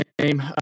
name